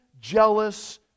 jealous